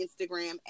Instagram